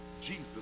Jesus